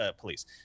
police